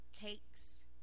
cakes